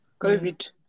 Covid